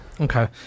Okay